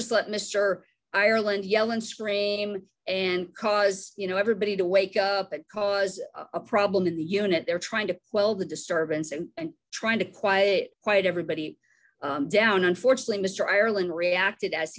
just let mr ireland yell and scream and cause you know everybody to wake up and cause a problem in the unit they're trying to quell the disturbance and trying to quiet quiet everybody down unfortunately mr ireland reacted as